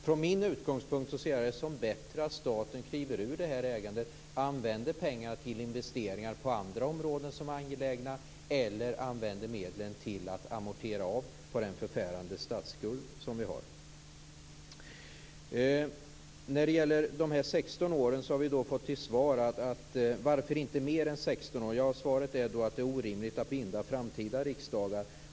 Från min utgångspunkt vore det bättre att staten kliver ur ägandet och använder pengarna till investeringar på andra områden som är angelägna eller till att amortera av på den förfärande statsskuld som vi har. På frågan om de 16 åren blir svaret att det är orimligt att binda framtida riksdagar.